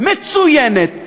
מצוינת,